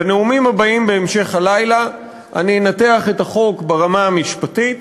בנאומים הבאים בהמשך הלילה אני אנתח את החוק ברמה המשפטית